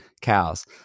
cows